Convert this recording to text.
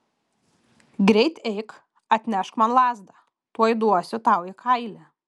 greit eik atnešk man lazdą tuoj duosiu tau į kailį